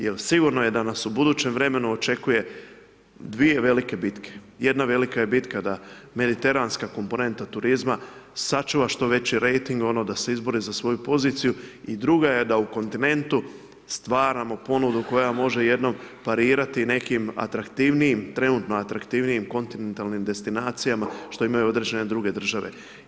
Jer sigurno je da nas u budućem vremenu očekuje 2 velike bitke, jedna velika bitka je da mediteranska komponenta turizma sačuva što veći rejting, da se izbori za svoju poziciju, i druga je da u kontinentu stvaramo ponudu, koja može jednom parirati nekim atraktivnijim, trenutno atraktivnijim destinacijama što imaju određene druge države.